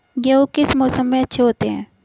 गेहूँ किस मौसम में अच्छे होते हैं?